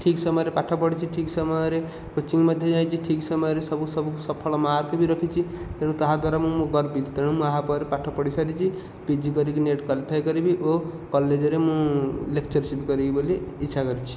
ଠିକ୍ ସମୟରେ ପାଠ ପଢ଼ିଛି ଠିକ୍ ସମୟରେ କୋଚିଙ୍ଗ ମଧ୍ୟ ଯାଇଛି ଠିକ୍ ସମୟରେ ସବୁ ସବୁ ସଫଳ ମାର୍କ ବି ରଖିଛି ତେଣୁ ତାହା ଦ୍ୱାରା ମୁଁ ଗର୍ବିତ ତେଣୁ ମୁଁ ଏହା ପରେ ପାଠ ପଢ଼ି ସାରିଛି ପିଜି କରିକି ନେଟ୍ କ୍ୱାଲିଫାଏ କରିବି ଓ କଲେଜରେ ମୁଁ ଲେକ୍ଚରସିପ୍ କରିବି ବୋଲି ଇଚ୍ଛା କରିଛି